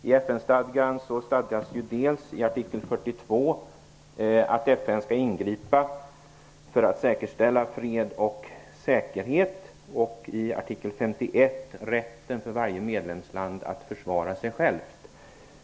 I FN-stadgan stadgas i artikel 42 att FN skall ingripa för att säkerställa fred och säkerhet, och i artikel 51 rätten för varje medlemsland att försvara sig självt.